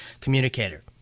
communicator